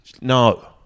No